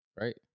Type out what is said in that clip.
Right